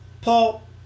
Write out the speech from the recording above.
Paul